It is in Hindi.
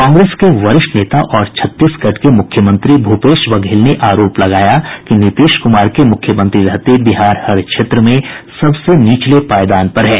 कांग्रेस के वरिष्ठ नेता और छत्तीसगढ़ के मुख्यमंत्री भूपेश बघेल ने आरोप लगाया कि नीतीश कुमार के मुख्यमंत्री रहते बिहार हर क्षेत्र में सबसे निचले पायदान पर है